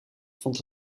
vond